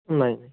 नाही नाही